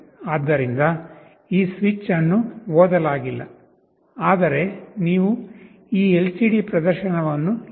ಆದ್ದರಿಂದ ಈ ಸ್ವಿಚ್ ಅನ್ನು ಓದಲಾಗಿಲ್ಲ ಆದರೆ ನೀವು ಈ ಎಲ್ಸಿಡಿ ಪ್ರದರ್ಶನವನ್ನು ಇಲ್ಲಿ ನೋಡುತ್ತೀರಿ